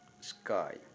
Sky